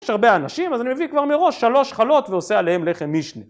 יש הרבה אנשים אז אני מביא כבר מראש שלוש חלות ועושה עליהם לחם מישנה.